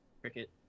Cricket